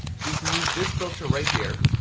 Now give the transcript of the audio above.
so you can use this filter right here,